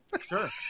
Sure